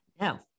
No